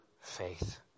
faith